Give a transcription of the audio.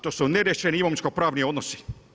To su neriješeni imovinsko pravni odnosi.